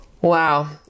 wow